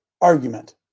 argument